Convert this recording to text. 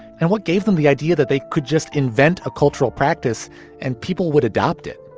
and what gave them the idea that they could just invent a cultural practice and people would adopt it?